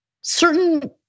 certain